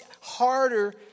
harder